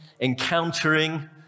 encountering